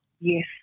Yes